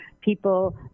people